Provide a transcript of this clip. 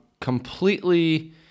completely